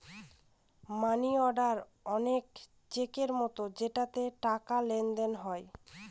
মানি order অনেক চেকের মতো যেটাতে টাকার লেনদেন হয়